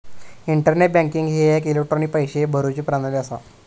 internet banking ही एक electronic पैशे भरुची प्रणाली असा